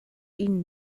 ihnen